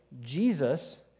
Jesus